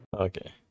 Okay